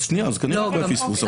אז כנראה יש כאן פספוס.